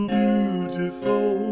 beautiful